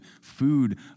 food